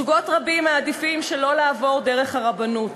זוגות רבים מעדיפים שלא לעבור דרך הרבנות.